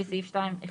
לפי סעיף 2(1),